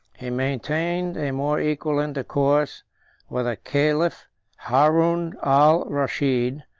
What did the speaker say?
he maintained a more equal intercourse with the caliph harun al rashid,